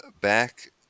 back